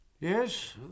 Yes